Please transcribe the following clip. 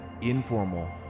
informal